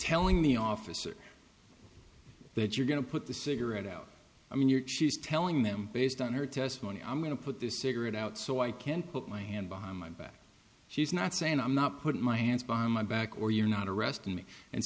telling the officer that you're going to put the cigarette out i mean you're telling them based on her testimony i'm going to put this cigarette out so i can put my hand behind my back she's not saying i'm not put my hands behind my back or you're not arresting me and